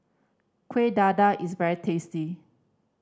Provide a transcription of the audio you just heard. Kueh Dadar is very tasty